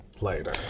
later